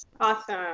awesome